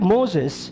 Moses